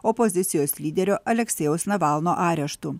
opozicijos lyderio aleksejaus navalno areštu